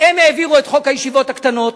הם העבירו את חוק הישיבות הקטנות,